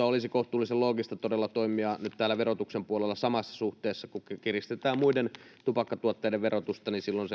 olisi kohtuullisen loogista todella toimia nyt täällä verotuksen puolella samassa suhteessa, niin että kun kiristetään muiden tupakkatuotteiden verotusta, silloin